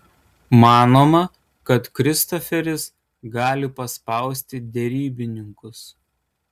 manoma kad kristoferis gali paspausti derybininkus